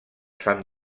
fan